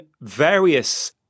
various